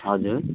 हजुर